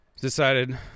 decided